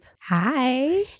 Hi